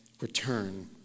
return